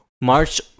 March